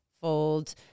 fold